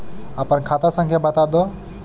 आपन खाता संख्या बताद